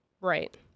Right